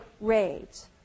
raids